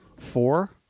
four